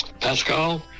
Pascal